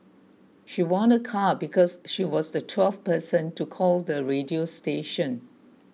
she won a car because she was the twelfth person to call the radio station